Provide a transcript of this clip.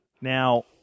Now